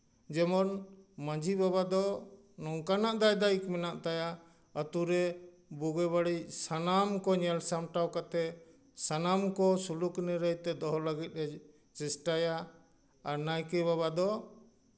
ᱡᱮᱢᱚᱱ ᱢᱟᱺᱡᱷᱤ ᱵᱟᱵᱟ ᱫᱚ ᱱᱚᱝᱠᱟᱱᱟᱜ ᱫᱟᱭ ᱫᱟᱭᱤᱛ ᱢᱮᱱᱟᱜ ᱛᱟᱭᱟ ᱟᱛᱳ ᱨᱮ ᱵᱩᱜᱤ ᱵᱟᱹᱲᱤᱡ ᱥᱟᱱᱟᱢ ᱠᱚᱭ ᱧᱮᱞ ᱥᱟᱢᱴᱟᱣ ᱠᱟᱛᱮ ᱥᱟᱱᱟᱢ ᱠᱚ ᱥᱩᱞᱩᱠ ᱱᱤᱨᱟᱹᱭ ᱛᱮ ᱫᱚᱦᱚ ᱞᱟᱹᱜᱤᱫ ᱮ ᱪᱮᱥᱴᱟᱭᱟ ᱟᱨ ᱱᱟᱭᱠᱮ ᱵᱟᱵᱟ ᱫᱚ